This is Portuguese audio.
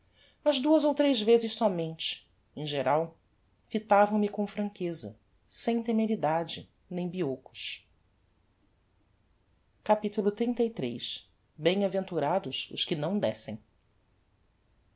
mas duas ou tres vezes sómente em geral fitavam me com franqueza sem temeridade nem biocos capitulo xxxiii bemaventurados os que não descem